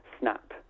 snap